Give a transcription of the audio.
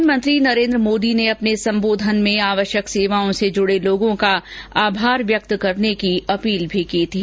प्रधानमंत्री मोदी ने अपने संबोधन में आवश्यक सेवाओं से जुडे लोगों का आभार व्यक्त करने की भी अपील की थी